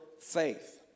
faith